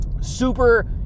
super